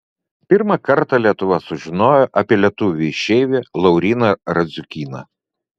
pirmą kartą lietuva sužinojo apie lietuvį išeivį lauryną radziukyną